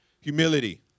Humility